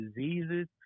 diseases